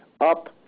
up